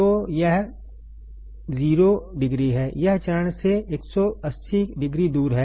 तो यह 0 डिग्री है यह चरण से 180 डिग्री दूर है